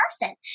person